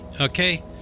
Okay